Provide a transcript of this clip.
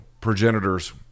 progenitors